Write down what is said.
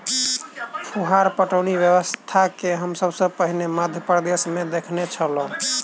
फुहार पटौनी व्यवस्था के हम सभ सॅ पहिने मध्य प्रदेशमे देखने छलौं